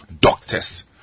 doctors